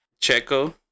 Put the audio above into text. Checo